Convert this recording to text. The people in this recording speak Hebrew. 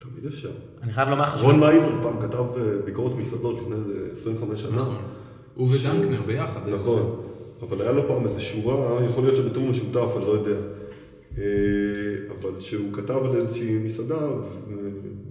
תמיד אפשר. אני חייב לומר... רון מייב פעם כתב ביקורת מסעדות לפני איזה 25 שנה. נכון. הוא ודנקנר ביחד. נכון. אבל היה לו פעם איזו שורה, יכול להיות שבתאום משותף, אני לא יודע. אבל כשהוא כתב על איזושהי מסעדה, אז אה...